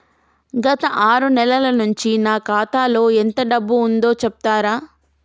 గత ఆరు నెలల నుంచి నా ఖాతా లో ఎంత డబ్బు ఉందో చెప్తరా?